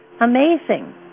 amazing